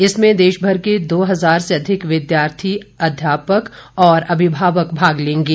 इसमें देशभर के दो हज़ार से अधिक विद्यार्थी अध्यापक और अभिभावक भाग लेंगे